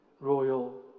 royal